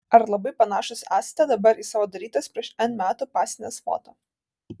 ar labai panašūs esate dabar į savo darytas prieš n metų pasines foto